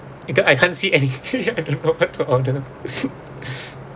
because I can't see any I don't know what to order